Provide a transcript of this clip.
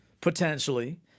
potentially